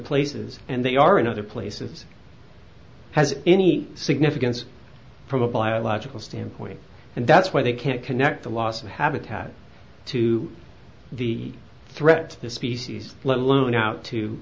places and they are in other places has any significance from a biological standpoint and that's why they can't connect the loss of habitat to the threat to the species let alone out t